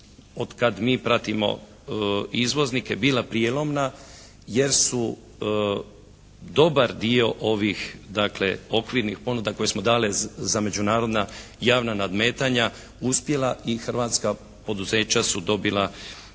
otkad mi pratimo izvoznike bila prijelomna jer su dobar dio ovih dakle okvirnih ponuda koje smo dali za međunarodna javna nadmetanja uspjela i hrvatska poduzeća su dobila